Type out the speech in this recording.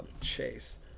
chase